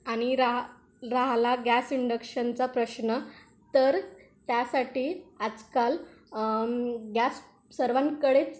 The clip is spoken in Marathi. आणि राहा राहिला गॅस इंडक्शनचा प्रश्न तर त्यासाठी आजकाल गॅस सर्वांकडेच